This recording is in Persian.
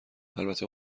البته